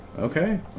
Okay